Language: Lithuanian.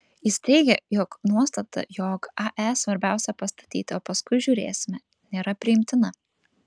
jis teigė kad nuostata jog ae svarbiausia pastatyti o paskui žiūrėsime nėra priimtina